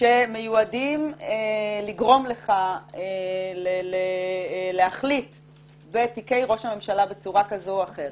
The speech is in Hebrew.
שמיועדים לגרום לך להחליט בתיקי ראש הממשלה בצורה כזאת או אחרת?